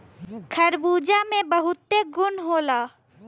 खरबूजा में बहुत गुन होला